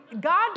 God